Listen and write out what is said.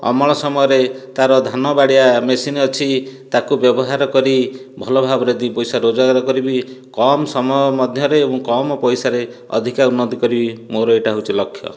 ଅମଳ ସମୟରେ ତାର ଧାନ ବାଡ଼ିଆ ମେସିନୀ ଅଛି ତାକୁ ବ୍ୟବହାର କରି ଭଲ ଭାବରେ ଦୁଇ ପଇସା ରୋଜଗାର କରିବି କମ୍ ସମୟ ମଧ୍ୟରେ କମ୍ ପଇସାରେ ଅଧିକା ଉନ୍ନତି କରିବି ମୋର ଏଇଟା ହେଉଛି ଲକ୍ଷ